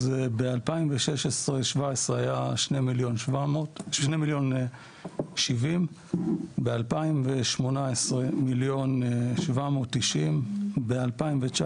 אז ב-2016-2017 היה 2,070,000. ב-2018 1,790,000. ב-2019